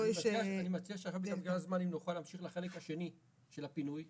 לכן אני מציעה שאם נוכל להמשיך לחלק השני של הפינוי,